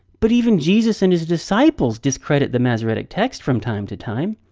but even jesus and his disciples discredit the masoretic text from time to time.